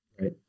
Right